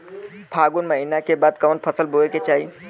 फागुन महीना के बाद कवन फसल बोए के चाही?